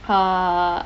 her